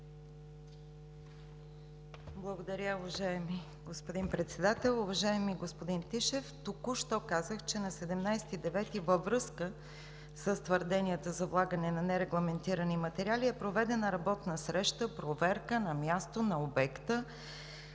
Благодаря, уважаеми господин Председател. Уважаеми господин Тишев, току-що казах, че на 17 септември във връзка с твърденията за влагане на нерегламентирани материали е проведена работна среща, проверка на място на обекта,